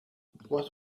what